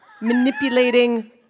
manipulating